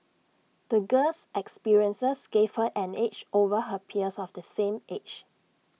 the girl's experiences gave her an edge over her peers of the same age